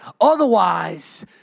Otherwise